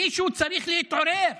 מישהו צריך להתעורר